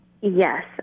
Yes